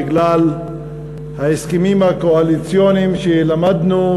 בגלל ההסכמים הקואליציוניים שלמדנו,